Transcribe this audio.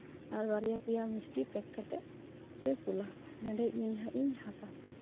ᱟᱨ ᱵᱟᱨᱭᱟ ᱯᱮᱭᱟ ᱢᱤᱥᱴᱤ ᱯᱮᱠ ᱠᱟᱛᱮᱫ ᱯᱮ ᱠᱳᱞᱟ ᱱᱚᱸᱰᱮ ᱤᱧ ᱦᱟᱸᱜ ᱤᱧ ᱦᱟᱛᱟᱣᱟ